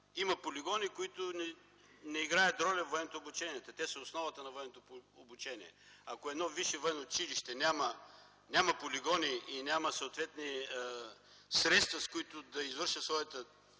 има полигони, които не играят роля във военното обучение. Те са основата на военното обучение! Ако едно висше военно училище няма полигони, няма съответни средства, с които да извършва своята